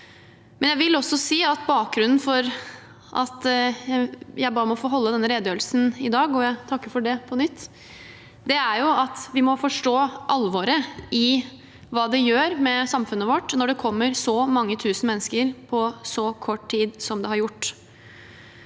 bakgrunnen for at jeg ba om å få holde denne redegjørelsen i dag – og jeg takker på nytt for det – er at vi må forstå alvoret i hva det gjør med samfunnet vårt når det kommer så mange tusen mennesker på så kort tid som det har gjort.